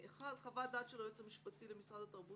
(1) חוות דעת של היועץ המשפטי למשרד התרבות